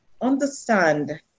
Understand